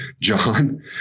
John